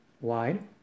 wide